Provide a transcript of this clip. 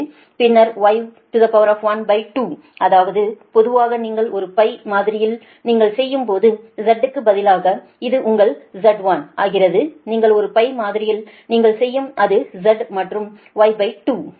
பின்னர் Y12 அதாவது பொதுவாக நீங்கள் ஒரு π மாதிரியில் நீங்கள் செய்யும் போது Z க்கு பதிலாக இது உங்கள் Z1 ஆகிறது நீங்கள் ஒரு π மாதிரியில் நீங்கள் செய்யும் அது Z மற்றும் Y2 Y2